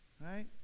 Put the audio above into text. Right